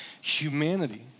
humanity